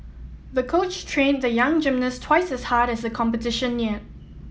the coach trained the young gymnast twice as hard as the competition neared